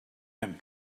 him